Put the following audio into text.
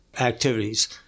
activities